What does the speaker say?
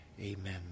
amen